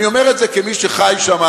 אני אומר את זה כמי שחי שם.